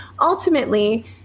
ultimately